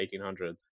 1800s